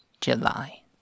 July